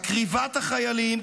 מקריבת החיילים,